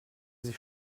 sich